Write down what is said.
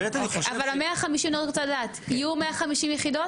אבל ה- 150 אני רק רוצה לדעת, יהיו 150 יחידות?